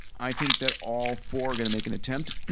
i think that all four are going to make an attempt.